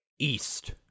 east